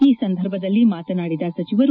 ಈ ಸಂದರ್ಭದಲ್ಲಿ ಮಾತನಾಡಿದ ಸಚಿವರು